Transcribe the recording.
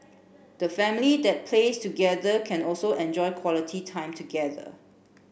the family that plays together can also enjoy quality time together